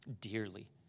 dearly